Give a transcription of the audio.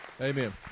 Amen